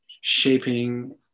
shaping